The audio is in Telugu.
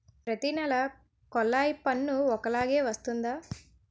ప్రతి నెల కొల్లాయి పన్ను ఒకలాగే వస్తుందా?